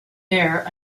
air